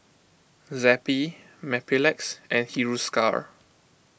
Zappy Mepilex and Hiruscar